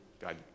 God